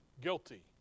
guilty